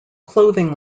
clothing